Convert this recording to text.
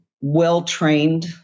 well-trained